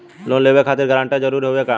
Loan लेवब खातिर guarantor जरूरी हाउ का?